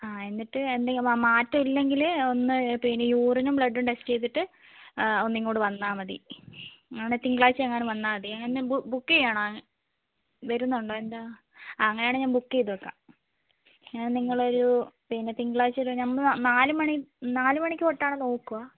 എന്നിട്ട് എന്തെങ്കിലും മാറ്റമില്ലെങ്കില് ഒന്ന് പിന്നെ യൂറിനും ബ്ലൂഡും ടെസ്റ്റ് ചെയ്തിട്ട് ഒന്നിങ്ങോട് വന്നാൽ മതി അങ്ങനെ ആണേൽ തിങ്കളാഴ്ച എങ്ങാനും വന്നാൽ മതി എന്നാൽ ബുക്ക് ചെയ്യണോ വരുന്നുണ്ടോ എന്താ അങ്ങനെ ആണേൽ ഞാൻ ബുക്ക് ചെയ്ത് വെക്കാം ഞാൻ നിങ്ങളെയൊരു പിന്നെ തിങ്കളാഴ്ച്ച ഒരു നാല് മണി നാല് മണിക്ക് തൊട്ടാണ് നോക്കുക